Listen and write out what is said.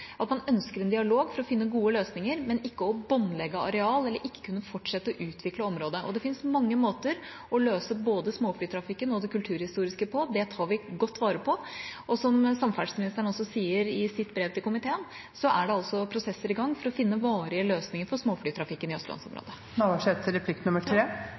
at man ønsker en dialog for å finne gode løsninger, men ikke å båndlegge areal eller ikke å kunne fortsette å utvikle området. Det fins mange måter å løse både småflytrafikken og det kulturhistoriske på. Det tar vi godt vare på. Som samferdselsministeren også sier i sitt brev til komiteen, er det prosesser i gang for å finne varige løsninger for småflytrafikken i Østlands-området. Det er veldig bra. Eg har eit siste spørsmål, knytt til